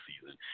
season